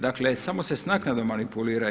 Dakle, samo se s naknadama manipulira.